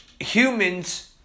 humans